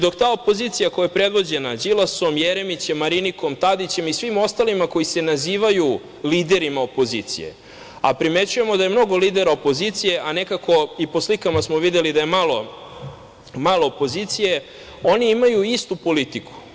Dok ta opozicija koja je predvođena Đilasom, Jeremićem, Marinikom, Tadićem i svim ostalima koji su nazivaju liderima opozicije, a primećujemo da je mnogo lidera opozicije, a nekako i po slikama smo videli da je malo opozicije, oni imaju istu politiku.